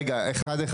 רגע, אחד אחד.